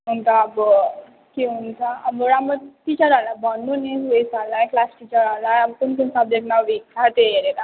अन्त अब के हुन्छ अब राम्रो टिचरहरूलाई भन्नु नि उएसहरूलाई क्लास टिचरहरूलाई अब कुन कुन सब्जेक्टमा विक छ त्यही हेरेर